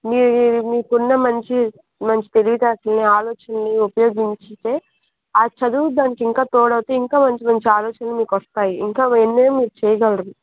మీరు మీకున్న మంచి మంచి తెలివితేటలని ఆలోచనలని ఉపయోగించితే ఆ చదువు దానికి ఇంకా తోడైతే ఇంకా మంచి మంచి ఆలోచనలు మీకు వస్తాయి ఇంకా ఎన్నైనా మీరు చేయగలరు